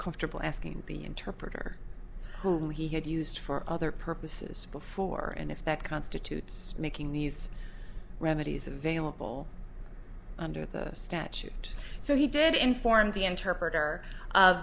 comfortable asking the interpreter who he had used for other purposes before and if that constitutes making these remedies available under the statute so he did inform the interpreter